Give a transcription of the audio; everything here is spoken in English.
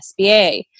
SBA